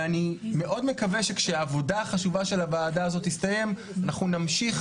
ואני מאוד מקווה שכשהעבודה החשובה של הוועדה הזאת תסתיים אנחנו נמשיך,